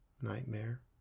nightmare